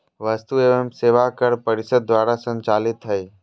वस्तु एवं सेवा कर परिषद द्वारा संचालित हइ